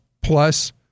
plus